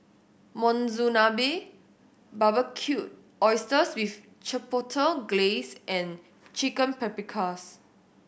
Monsunabe Barbecued Oysters with Chipotle Glaze and Chicken Paprikas